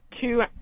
two